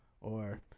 or-